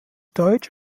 deutsch